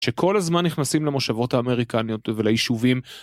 שכל הזמן נכנסים למושבות האמריקניות וליישובים.